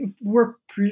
work